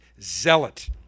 zealot